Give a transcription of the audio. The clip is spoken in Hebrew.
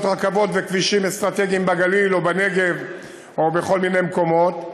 רכבות וכבישים אסטרטגיים בגליל או בנגב או בכל מיני מקומות.